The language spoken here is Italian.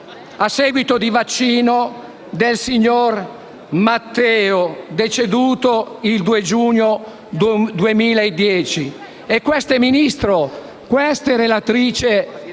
a seguito di vaccino, del signor Matteo, deceduto il 2 giugno 2010. Queste, Ministro, relatrice